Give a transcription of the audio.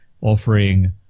offering